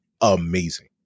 amazing